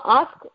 ask